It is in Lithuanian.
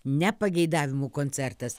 ne pageidavimų koncertas